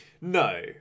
no